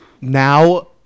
now